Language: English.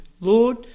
Lord